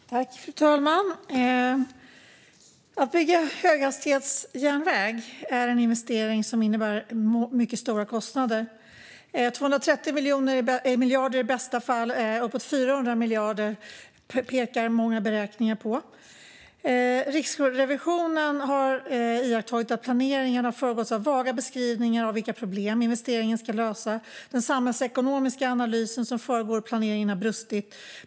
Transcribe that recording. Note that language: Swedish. Fru talman! Att bygga en höghastighetsjärnväg är en investering som innebär mycket stora kostnader: 230 miljarder i bästa fall, och många beräkningar pekar på uppåt 400 miljarder. Riksrevisionen har iakttagit att planeringen har föregåtts av vaga beskrivningar av vilka problem investeringen ska lösa och att den samhällsekonomiska analys som föregår planeringen har brustit.